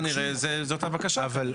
כנראה זאת הבקשה --- אבל,